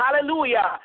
hallelujah